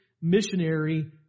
missionary